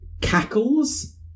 cackles